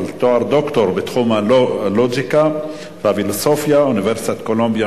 אבל תואר דוקטור בתחום הלוגיקה והפילוסופיה מאוניברסיטת קולומביה,